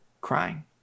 crying